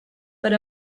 per